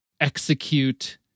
execute